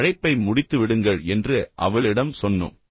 இப்போது அழைப்பை முடித்து விடுங்கள் என்று அவளிடம் சொன்னோம்